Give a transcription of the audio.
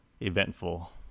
eventful